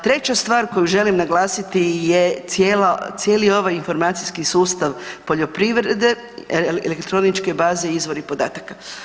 Treća stvar koju želim naglasiti je cijeli ovaj informacijski sustav poljoprivrede, elektroničke baze, izvori podataka.